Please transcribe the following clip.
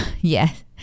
Yes